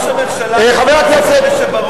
ראש הממשלה, אחרי שבר-און ירד?